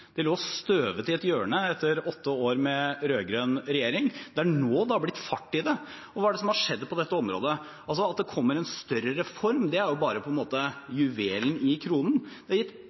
Det lå og støvet i et hjørne etter åtte år med rød-grønn regjering. Det er nå det er blitt fart i det! Hva er det som har skjedd på dette området? At det kommer en større reform, er på en måte bare juvelen i kronen. Det er gitt